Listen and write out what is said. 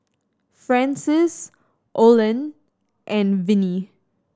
Francis Olen and Vinnie